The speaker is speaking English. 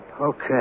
Okay